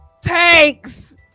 tanks